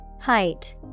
Height